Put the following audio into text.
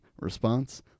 Response